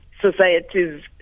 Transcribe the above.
society's